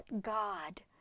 God